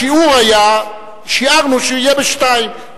השיעור היה, שיערנו שיהיה ב-14:00.